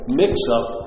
mix-up